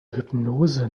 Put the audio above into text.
hypnose